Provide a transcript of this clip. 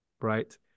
right